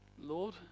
Lord